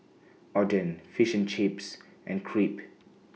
Oden Fish and Chips and Crepe